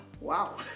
wow